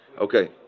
Okay